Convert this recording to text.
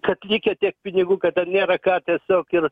kad likę tiek pinigų kad ten nėra ką tiesiog ir